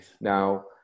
Now